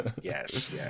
Yes